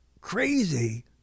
crazy